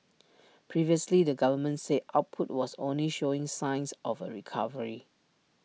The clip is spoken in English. previously the government said output was only showing signs of A recovery